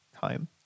time